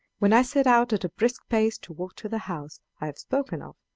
when i set out at a brisk pace to walk to the house i have spoken of,